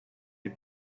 les